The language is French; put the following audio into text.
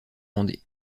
mandé